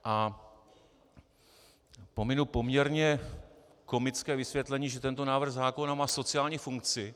A pominu poměrně komické vysvětlení, že tento návrh zákona má sociální funkci.